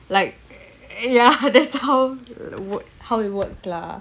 like ya that's how work how it works lah